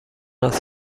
است